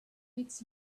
its